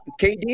KD